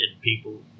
people